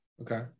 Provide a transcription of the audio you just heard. Okay